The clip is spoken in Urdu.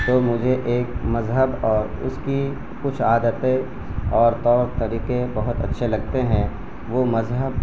تو مجھے ایک مذہب اور اس کی کچھ عادتیں اور طور طریقے بہت اچھے لگتے ہیں وہ مذہب